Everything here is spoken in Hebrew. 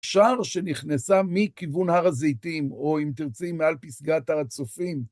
אפשר שנכנסה מכיוון הר הזיתים, או אם תרצי, מעל פסגת הר הצופים.